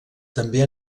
també